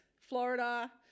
Florida